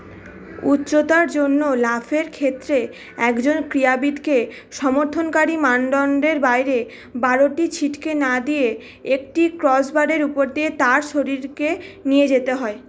উচ্চতার জন্য লাফের ক্ষেত্রে একজন ক্রীড়াবিদকে সমর্থনকারী মানদণ্ডের বাইরে বারোটি ছিটকে না দিয়ে একটি ক্রসবারের উপর দিয়ে তার শরীরকে নিয়ে যেতে হয়